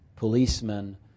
policemen